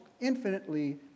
infinitely